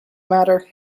matter